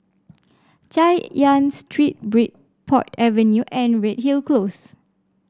Chay Yan Street Bridport Avenue and Redhill Close